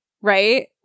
right